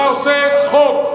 אתה עושה צחוק,